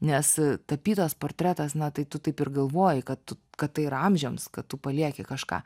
nes tapytas portretas na tai tu taip ir galvoji kad tu kad tai yra amžiams kad tu palieki kažką